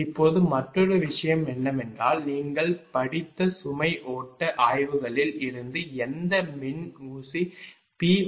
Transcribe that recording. இப்போது மற்றொரு விஷயம் என்னவென்றால் நீங்கள் படித்த சுமை ஓட்ட ஆய்வுகளில் இருந்து எந்தப் மின் ஊசி P jQVI